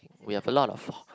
we have a lot of